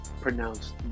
pronounced